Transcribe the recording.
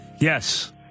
Yes